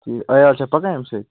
ٹھیٖک عیال چھا پکان اَمہِ سۭتۍ